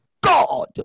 god